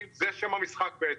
זה שם המשחק בעצם,